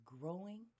growing